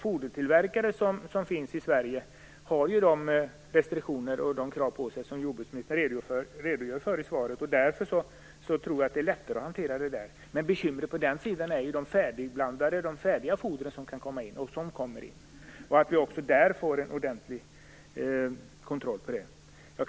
Fodertillverkarna som finns i Sverige har nämligen de restriktioner och de krav på sig som jordbruksministern redogör för i svaret. Därför tror jag att foderfrågan är lättare att hantera. Bekymret är det färdigblandade foder som kan komma in, och som kommer in. Vi måste få en ordentlig kontroll också av detta.